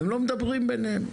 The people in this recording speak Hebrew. והם לא מדברים ביניהם.